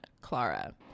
Clara